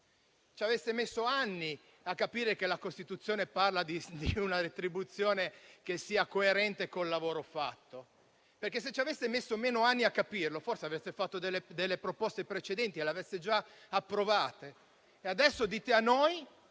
ci avete messo anni a capire che la Costituzione parla di una retribuzione che sia coerente con il lavoro fatto, perché, se ci aveste messo meno anni a capirlo, forse avreste fatto proposte precedenti e le avreste già approvate. E adesso dite a noi